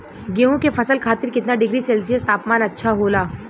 गेहूँ के फसल खातीर कितना डिग्री सेल्सीयस तापमान अच्छा होला?